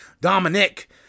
Dominic